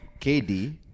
KD